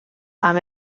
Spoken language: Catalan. amb